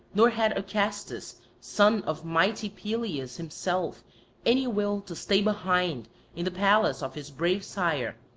nor had acastus son of mighty pelias himself any will to stay behind in the palace of his brave sire,